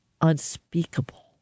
unspeakable